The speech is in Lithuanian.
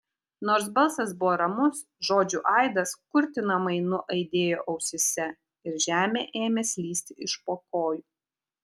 nors balsas buvo ramus žodžių aidas kurtinamai nuaidėjo ausyse ir žemė ėmė slysti iš po kojų